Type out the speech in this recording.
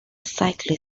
slightly